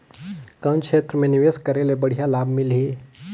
कौन क्षेत्र मे निवेश करे ले बढ़िया लाभ मिलही?